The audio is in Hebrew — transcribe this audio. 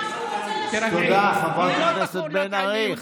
לא עלה פה אף חבר כנסת ואמר שהוא רוצה לשוב.